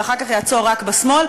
ואחר כך יעצור רק בשמאל,